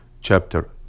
Chapter